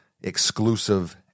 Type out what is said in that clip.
exclusive